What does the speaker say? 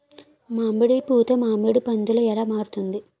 మామిడి పూత మామిడి పందుల ఎలా మారుతుంది?